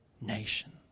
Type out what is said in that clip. nations